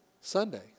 Sunday